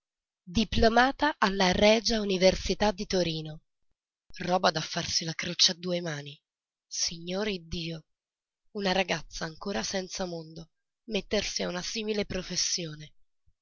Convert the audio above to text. diplomata dalla r università di torino roba da farsi la croce a due mani signore iddio una ragazza ancora senza mondo mettersi a una simile professione